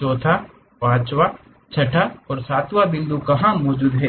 चौथा पांचवा छठा सातवाँ बिंदु कहाँ मौजूद हैं